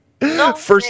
First